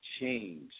change